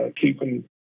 keeping